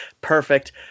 perfect